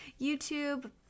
YouTube